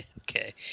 Okay